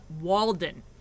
Walden